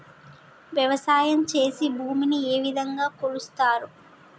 వ్యవసాయం చేసి భూమిని ఏ విధంగా కొలుస్తారు?